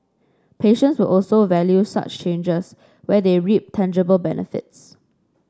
patients will also value such changes where they reap tangible benefits